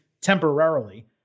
temporarily